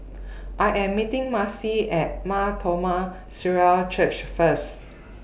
I Am meeting Maci At Mar Thoma Syrian Church First